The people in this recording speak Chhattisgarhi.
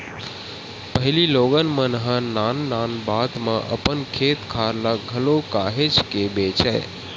पहिली लोगन मन ह नान नान बात म अपन खेत खार ल घलो काहेच के बेंचय